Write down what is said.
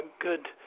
good